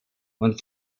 und